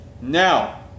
Now